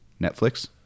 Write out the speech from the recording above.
Netflix